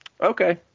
Okay